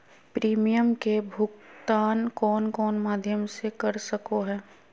Premium के भुक्तान कौन कौन माध्यम से कर सको है?